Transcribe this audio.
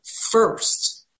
first